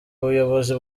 ubuyobozi